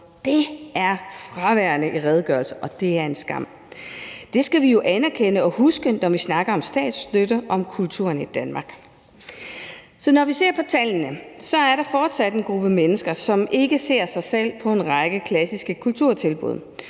Det er fraværende i redegørelsen, og det er en skam. Det skal vi jo anerkende og huske, når vi snakker om statsstøtte og om kulturen i Danmark. Så når vi ser på tallene, er der fortsat en gruppe mennesker, som ikke ser sig selv i en række klassiske kulturtilbud,